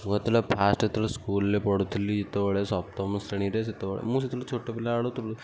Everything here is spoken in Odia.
ମୁଁ ଯେତେବେଳେ ଫାଷ୍ଟ ଯେତେବେଳେ ସ୍କୁଲ ରେ ପଢ଼ୁଥିଲି ଯେତେବେଳେ ସପ୍ତମ ଶ୍ରେଣୀରେ ସେତେବେଳେ ମୁ ସେତେବେଳେ ଛୋଟ ପିଲା ବେଳୁ